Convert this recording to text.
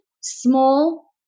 small